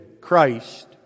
Christ